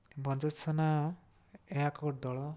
ଭଞ୍ଜସେନା ଏହା ଗୋଟିଏ ଦଳ